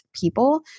people